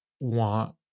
want